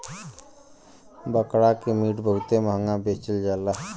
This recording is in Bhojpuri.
बकरा के मीट बहुते महंगा बेचल जाला